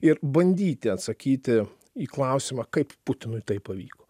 ir bandyti atsakyti į klausimą kaip putinui tai pavyko